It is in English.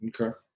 Okay